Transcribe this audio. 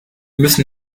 müssen